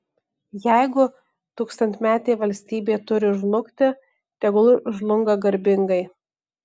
jeigu tūkstantmetė valstybė turi žlugti tegul žlunga garbingai